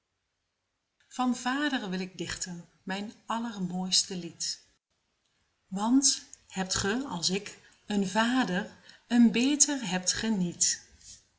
van vader wil ik dichten mijn allermooiste lied want hebt ge als ik een vader een beter hebt ge niet